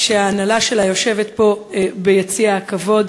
שההנהלה שלה יושבת פה ביציע הכבוד.